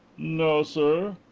no, sir.